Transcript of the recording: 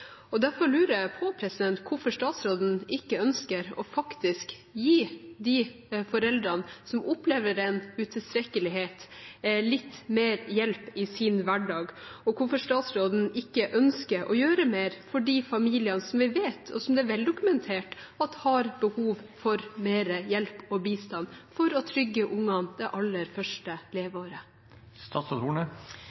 utilstrekkelig. Derfor lurer jeg på hvorfor statsråden ikke ønsker å gi de foreldrene som opplever den utilstrekkeligheten, litt mer hjelp i deres hverdag, og hvorfor statsråden ikke ønsker å gjøre mer for de familiene som vi vet – og det er veldokumentert – har behov for mer hjelp og bistand for å trygge barna det aller første